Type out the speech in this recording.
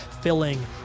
filling